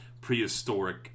prehistoric